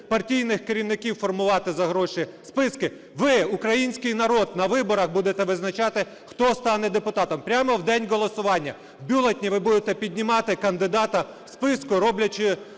партійних керівників формувати за гроші списки. Ви, український народ, на виборах будете визначати, хто стане депутатом, прямо в день голосування. В бюлетені ви будете піднімати кандидата в списку, роблячи